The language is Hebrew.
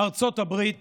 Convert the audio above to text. ארצות הברית